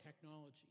technology